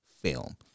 film